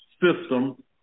system